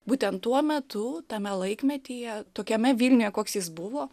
būtent tuo metu tame laikmetyje tokiame vilniuje koks jis buvo